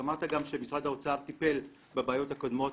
אמרת גם שמשרד האוצר טיפל בבעיות הקודמות